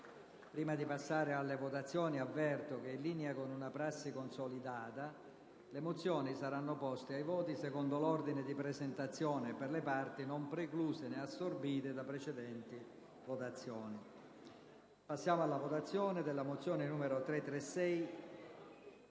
Prima di passare alla votazione, avverto che, in linea con una prassi consolidata, le mozioni saranno poste ai voti secondo l'ordine di presentazione e per le parti non precluse né assorbite da precedenti votazioni. Metto ai voti la mozione n.